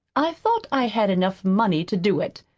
i thought i had enough money to do it,